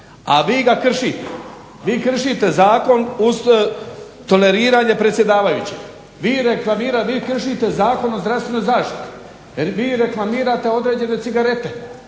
a vi ga kršite. Vi kršite zakon uz toleriranje predsjedavajućeg, vi … kršite Zakon o zdravstvenoj zaštiti. Vi reklamirate određene cigarete,